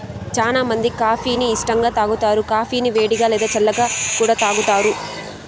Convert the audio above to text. చానా మంది కాఫీ ని ఇష్టంగా తాగుతారు, కాఫీని వేడిగా, లేదా చల్లగా కూడా తాగుతారు